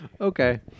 okay